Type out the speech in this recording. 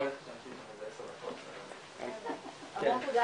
בשעה 11:15.